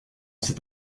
cet